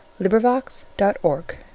LibriVox.org